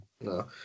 no